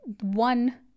One